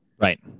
Right